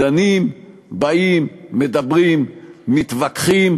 דנים, באים, מדברים, מתווכחים,